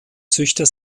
züchter